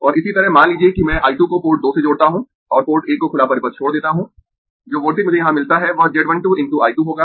और इसी तरह मान लीजिए कि मैं I 2 को पोर्ट 2 से जोड़ता हूं और पोर्ट 1 को खुला परिपथ छोड़ देता हूं जो वोल्टेज मुझे यहां मिलता है वह Z 1 2 × I 2 होगा